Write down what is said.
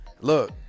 Look